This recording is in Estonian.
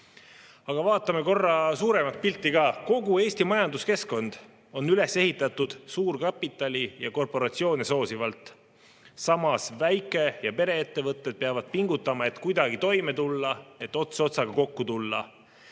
vaatame korra suuremat pilti. Kogu Eesti majanduskeskkond on üles ehitatud suurkapitali ja korporatsioone soosivalt. Samas, väike‑ ja pereettevõtted peavad pingutama, et kuidagi toime tulla, et ots otsaga kokku tulla.